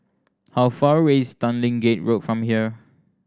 how far away is Tanglin Gate Road from here